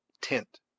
tint